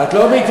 את לא מתמצאת.